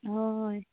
हय